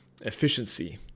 efficiency